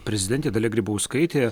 prezidentė dalia grybauskaitė